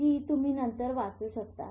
जे तुम्ही नंतर वाचू शकता